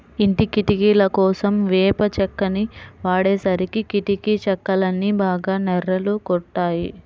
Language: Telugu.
ఇంటి కిటికీలకోసం వేప చెక్కని వాడేసరికి కిటికీ చెక్కలన్నీ బాగా నెర్రలు గొట్టాయి